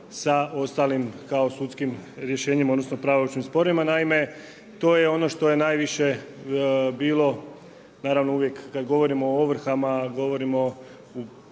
sa ostalim kao sudskim rješenjima odnosno pravomoćnim sporovima. Naime, to je ono što je najviše bilo naravno uvijek kada govorimo o ovrhama govorimo u